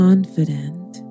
Confident